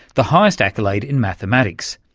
the highest accolade in mathematics.